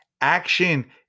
Action